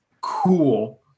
cool